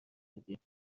دیدیم